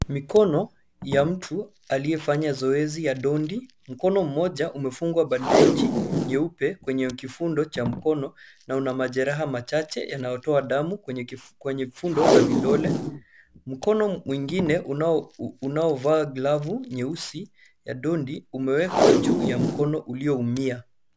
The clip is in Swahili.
Mikono ya mtu aliyefanya zoezi ya dondi. Mkono mmoja umefungwa bandeji nyeupe kwenye kifundo cha mkono na una majeraha machache yanayotoa damu kwenye fundo za vidole. Mkono mwingine unaovaa glavu nyeusi ya dondi umewekwa juu ya mkono ulioumia.